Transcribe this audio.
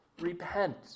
repent